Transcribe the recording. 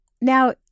Now